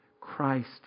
Christ